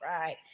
right